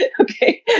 okay